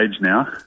now